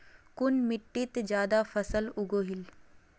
कुन मिट्टी ज्यादा फसल उगहिल?